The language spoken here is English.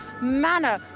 manner